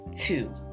two